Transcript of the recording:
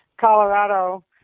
Colorado